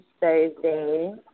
Thursday